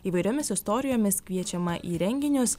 įvairiomis istorijomis kviečiama į renginius